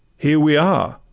here we are,